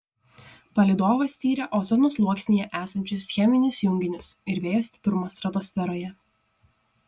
palydovas tyrė ozono sluoksnyje esančius cheminius junginius ir vėjo stiprumą stratosferoje